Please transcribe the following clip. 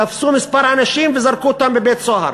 תפסו כמה אנשים וזרקו אותם לבית-סוהר,